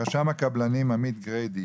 רשם הקבלנים, עמית גרידי